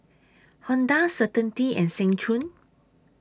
Honda Certainty and Seng Choon